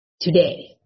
today